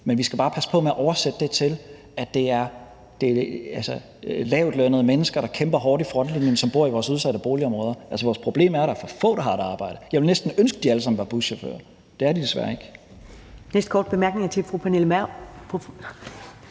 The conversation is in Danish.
men vi skal bare passe på med at oversætte det til, at det er lavtlønnede mennesker, der kæmper hårdt i frontlinjen, som bor i vores udsatte boligområder. Altså, vores problem er, at der er for få, der har et arbejde. Jeg ville næsten ønske, at de alle sammen var buschauffører, men det er de desværre ikke. Kl. 13:31 Første næstformand